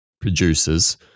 producers